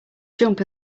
jump